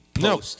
No